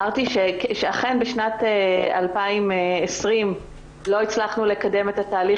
שאכן בשנת 2020 לא הצלחנו לקדם את התהליך